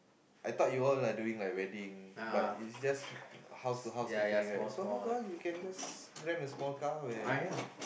I thought you all are doing like wedding but it's just house to house catering right so house to house you can just rent a small car where